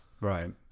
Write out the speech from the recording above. Right